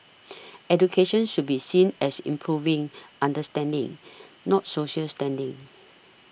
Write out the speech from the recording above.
education should be seen as improving understanding not social standing